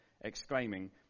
exclaiming